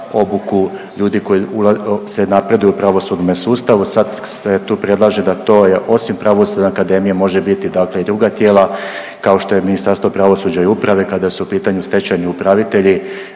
obuku ljudi koji se napreduju u pravosudnome sustavu, sad se tu predlažu da to je osim Pravosudne akademije, može biti, dakle i druga tijela, kao što je Ministarstvo pravosuđa i uprave, kada su u pitanju stečajni upravitelji,